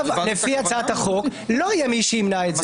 לפי הצעת החוק, לא יהיה מי שימנע את זה.